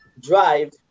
drive